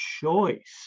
choice